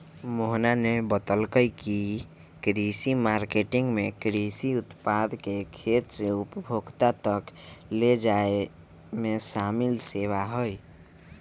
मोहना ने बतल कई की कृषि मार्केटिंग में कृषि उत्पाद के खेत से उपभोक्ता तक ले जाये में शामिल सेवा हई